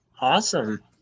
Awesome